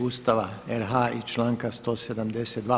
Ustava RH i članka 172.